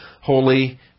holy